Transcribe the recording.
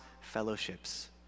fellowships